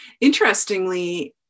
interestingly